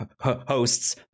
hosts